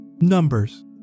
numbers